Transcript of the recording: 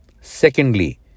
Secondly